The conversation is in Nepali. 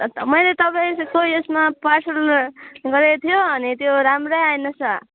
अतः मैले तपाईँको यसमा पार्सल गरेको थियो अनि त्यो राम्रै आएनछ